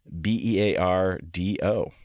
b-e-a-r-d-o